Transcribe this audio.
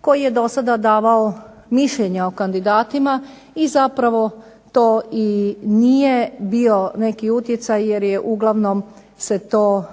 koji je do sada davao mišljenja o kandidatima i zapravo to i nije bio neki utjecaj jer je uglavnom se to